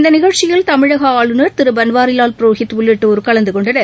இந்தநிகழ்ச்சியில் தமிழகஆளுநர் திருபன்வாரிவால் புரோஹித் உள்ளிட்டோர் கலந்துகொண்டனர்